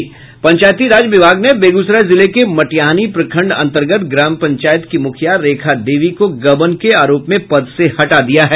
पंचायती राज विभाग ने बेगूसराय जिले के मटिहानी प्रखंड अंतर्गत ग्राम पंचायत की मुखिया रेखा देवी को गबन के आरोप में पद से हटा दिया है